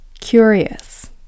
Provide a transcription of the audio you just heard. curious